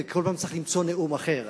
וכל פעם צריך למצוא נאום אחר.